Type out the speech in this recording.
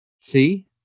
See